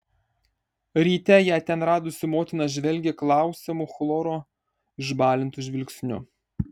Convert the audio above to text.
ryte ją ten radusi motina žvelgė klausiamu chloro išbalintu žvilgsniu